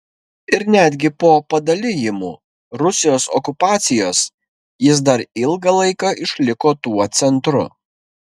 ir netgi po padalijimų rusijos okupacijos jis dar ilgą laiką išliko tuo centru